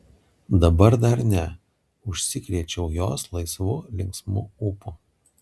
dabar dar ne užsikrėčiau jos laisvu linksmu ūpu